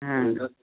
हँ